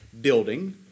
building